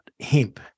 hemp